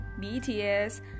BTS